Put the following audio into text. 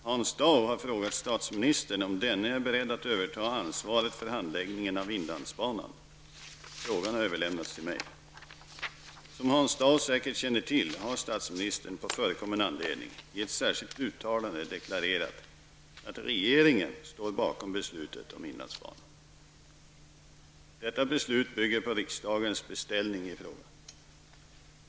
Herr talman! Hans Dau har frågat statsministern om denne är beredd att överta ansvaret för handläggningen av inlandsbanan. Frågan har överlämnats till mig. Som Hans Dau säkert känner till har statsministern på förekommen anledning i ett särskilt uttalande deklarerat att regeringen står bakom beslutet om inlandsbanan. Detta beslut bygger på riksdagens beställning i frågan.